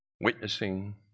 witnessing